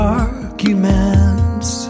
arguments